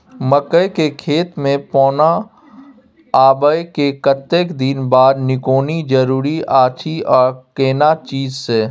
मकई के खेत मे पौना आबय के कतेक दिन बाद निकौनी जरूरी अछि आ केना चीज से?